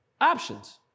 options